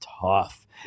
tough